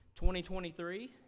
2023